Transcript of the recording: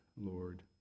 Lord